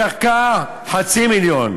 הקרקע חצי מיליון.